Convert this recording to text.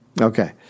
Okay